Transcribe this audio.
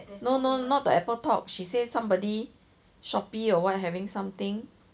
no no not the Apple talk she said somebody Shopee or what having something